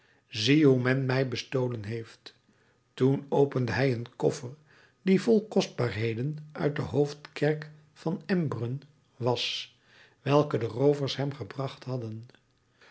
hoe men mij bestolen heeft toen opende hij een koffer die vol kostbaarheden uit de hoofdkerk van embrun was welke de roovers hem gebracht hadden